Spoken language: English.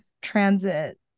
transit